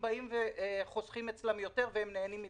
זה יותר טוב